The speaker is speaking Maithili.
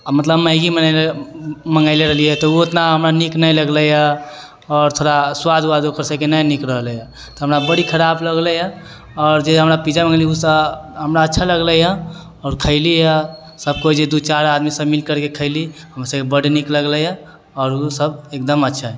मतलब मैगी मङ्गेले रहलियै तऽ उ उतना हमरा नीक नहि लगलै यऽ आओर थोड़ा स्वाद वाद ओकर सबके नहि नीक रहलै यऽ तऽ हमरा बड़ी खराब लगलै यऽ आओर जे हमरा पिज्जा मङ्गेली उ हमरा अच्छा लगलै यऽ आओर खैली है सब कोइ जे दू चारि आदमी सब मिल करके खैली हमरा सबके बड्ड नीक लगलै यऽ आओर उहोसब एकदम अच्छा है